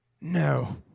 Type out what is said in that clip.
No